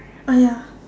oh ya